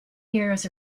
years